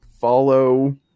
follow